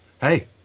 hey